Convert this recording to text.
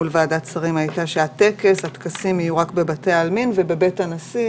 מול ועדת שרים הייתה שהטקסים יהיו רק בבתי העלמין ובבית הנשיא,